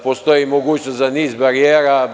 Postoji mogućnost za niz barijera.